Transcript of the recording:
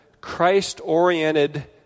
Christ-oriented